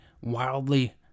wildly